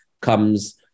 comes